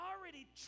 already